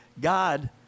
God